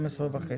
על התוכן.